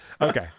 Okay